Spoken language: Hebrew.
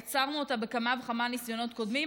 עצרנו אותה בכמה וכמה ניסיונות קודמים.